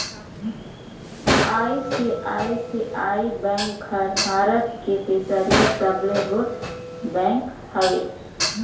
ICICI bank हर भारत के तीसरईया सबले रोट बेंक हवे